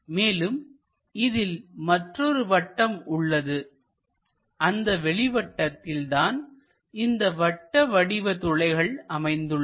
மேலும் இதில் மற்றொரு வட்டம் உள்ளது அந்த வெளிவட்டத்தில் தான் இந்த வட்ட வடிவ துளைகள் அமைந்துள்ளன